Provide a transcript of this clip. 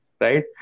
right